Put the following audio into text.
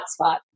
hotspot